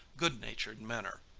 good natured manner.